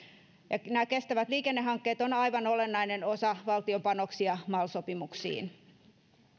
nämä kestävät liikennehankkeet ovat aivan olennainen osa valtion panoksia mal sopimuksiin